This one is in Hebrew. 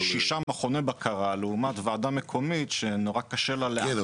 יש שישה מכוני בקרה לעומת ועדה מקומית שנורא קשה לה --- כן,